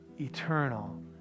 eternal